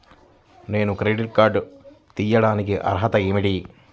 నేను credit card తీయడానికి అర్హత ఏమిటి?